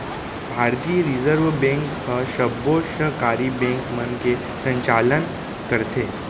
भारतीय reserve bank ह सबो सहकारी बेंक मन के संचालन करथे